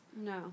No